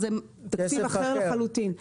זה תקציב אחר לחלוטין.